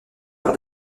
par